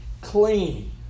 clean